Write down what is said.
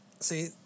See